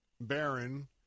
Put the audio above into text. Baron